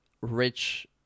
rich